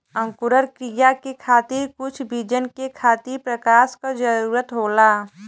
अंकुरण क्रिया के खातिर कुछ बीजन के खातिर प्रकाश क जरूरत होला